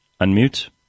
Unmute